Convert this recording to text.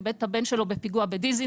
הוא איבד את הבן שלו בפיגוע בדיזינגוף.